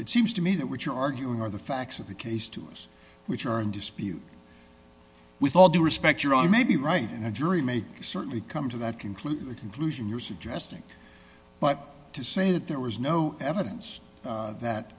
it seems to me that what you're arguing are the facts of the case to those which are in dispute with all due respect you're i may be right in a jury make certainly come to that conclusion conclusion you're suggesting but to say that there was no evidence that